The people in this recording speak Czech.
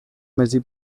mezi